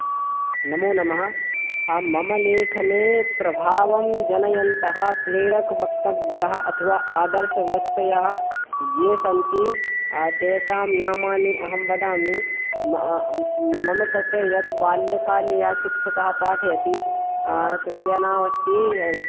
नमो नमः मम लेखने प्रभावम् जनयन्तः प्रेरकव्यक्तयः अथवा आदर्शव्यक्तयः ये सन्ति तेषाम् नामानि अहम् वदामि मम कृते यद् बाल्यकाले या शिक्षकः पाठयति तस्य नाम अस्ति